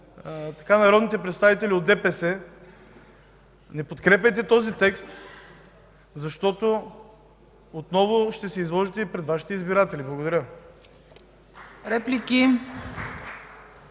народните представители от ДПС – не подкрепяйте този текст, защото отново ще се изложите и пред Вашите избиратели. Благодаря.